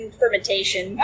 fermentation